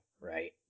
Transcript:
Right